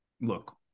look